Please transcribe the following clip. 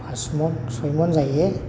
फासमन सयमन जायो